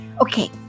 Okay